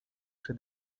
czy